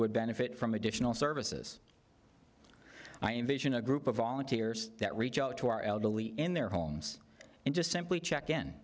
would benefit from additional services i envision a group of volunteers that reach out to our elderly in their homes and just simply check in